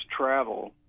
travel